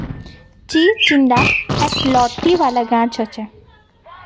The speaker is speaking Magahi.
चिचिण्डा एक लत्ती वाला गाछ हछेक